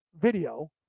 video